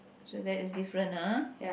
so that is different ah